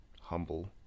humble